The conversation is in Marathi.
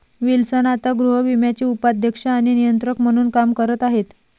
विल्सन आता गृहविम्याचे उपाध्यक्ष आणि नियंत्रक म्हणून काम करत आहेत